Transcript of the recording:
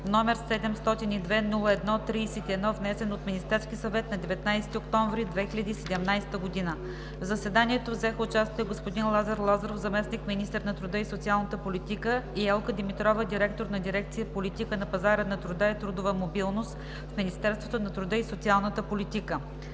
№ 702-01-31, внесен от Министерския съвет на 19 октомври 2017 г. В заседанието взеха участие: господин Лазар Лазаров – заместник-министър на труда и социалната политика, и Елка Димитрова – директор на дирекция „Политика на пазара на труда и трудова мобилност“ в Министерството на труда и социалната политика.